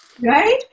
Right